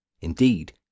Indeed